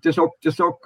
tiesiog tiesiog